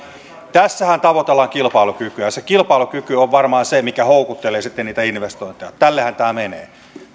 tässähän tavoitellaan kilpailukykyä ja se kilpailukyky on varmaan se mikä houkuttelee sitten niitä investointeja tälleenhän tämä menee eli kun